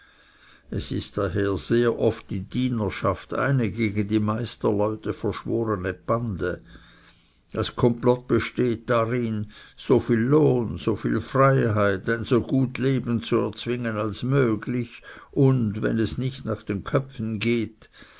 es ist daher sehr oft die dienerschaft eine gegen die meisterleute verschworne bande das komplott besteht darin so viel lohn so viel freiheit ein so gut leben zu erzwingen als möglich und wenn es nicht nach den köpfen geht